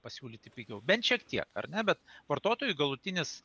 pasiūlyti pigiau bent šiek tiek ar ne bet vartotojui galutinis